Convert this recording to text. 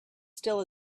still